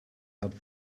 hat